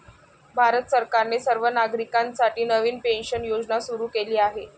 भारत सरकारने सर्व नागरिकांसाठी नवीन पेन्शन योजना सुरू केली आहे